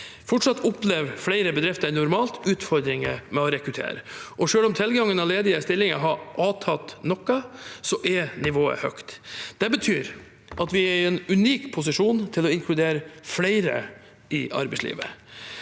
Fortsatt opplever flere bedrifter enn normalt utfordringer med å rekruttere, og selv om tilgangen på ledige stillinger har avtatt noe, er nivået høyt. Det betyr at vi er i en unik posisjon til å inkludere flere i arbeidslivet.